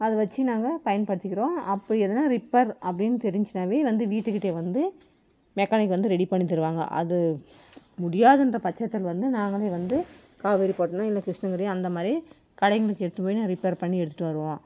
அதை வச்சு நாங்கள் பயன்படுத்திக்கிறோம் அப்போ எதுனா ரிப்பேர் அப்படின்னு தெரிஞ்சுச்சின்னாவே வந்து வீட்டுக்கிட்டியே வந்து மெக்கானிக் வந்து ரெடி பண்ணி தருவாங்கள் அது முடியாதுன்ற பட்சத்தில் வந்து நாங்களே வந்து காவேரிப்பட்டினம் இல்லை கிருஷ்ணகிரி அந்தமாதிரி கடைங்களுக்கு எடுத்துட்டு போய் நான் ரிப்பேர் பண்ணி எடுத்துகிட்டு வருவோம்